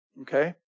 Okay